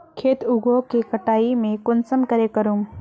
खेत उगोहो के कटाई में कुंसम करे करूम?